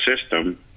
system